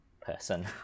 person